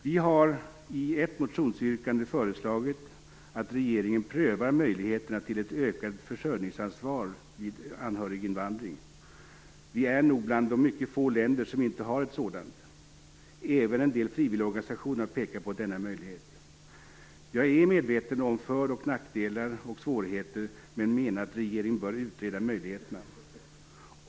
Vi har i ett motionsyrkande föreslagit att regeringen bör pröva möjligheterna till ett ökat försörjningsansvar vid anhöriginvandring. Sverige är nog bland de mycket få länder som inte har ett sådant. Även en del frivilligorganisationer har pekat på denna möjlighet. Jag är medveten om för och nackdelar och svårigheter, men menar att regeringen bör utreda möjligheterna.